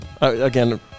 Again